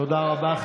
תודה רבה.